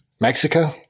Mexico